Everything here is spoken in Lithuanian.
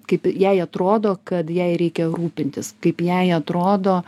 kaip jai atrodo kad jai reikia rūpintis kaip jai atrodo